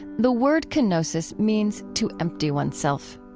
the word kenosis means to empty oneself.